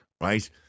right